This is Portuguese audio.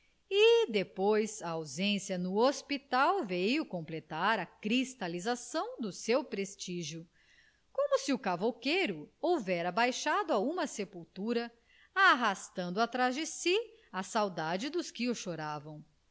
depois a ausência no hospital veio a completar a cristalização do seu prestigio como se o cavouqueiro houvera baixado a uma sepultura arrastando atrás de si a saudade dos que o choravam